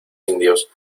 indios